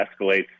escalates